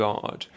God